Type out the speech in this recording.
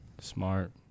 Smart